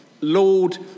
Lord